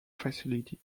facility